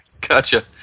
Gotcha